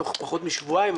תוך פחות משבועיים,